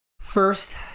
First